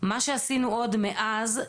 מה שעשינו עוד מאז,